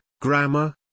grammar